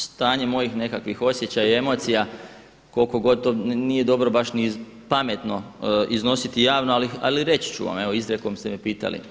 Stanje mojih nekakvih osjećaja i emocija, koliko god to nije dobro baš ni pametno iznositi javno, ali reći ću vam, evo izrijekom ste me pitali.